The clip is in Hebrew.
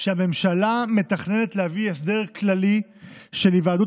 שהממשלה מתכננת להביא הסדר כללי של היוועדות